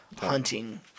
hunting